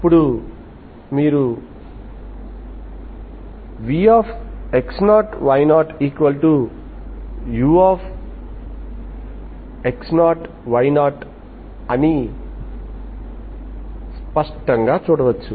అప్పుడు మీరు vx0 y0ux0 y0 అని స్పష్టంగా చూడవచ్చు